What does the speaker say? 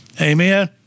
Amen